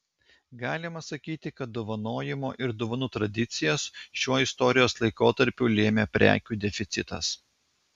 galima sakyti kad dovanojimo ir dovanų tradicijas šiuo istorijos laikotarpiu lėmė prekių deficitas